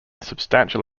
substantial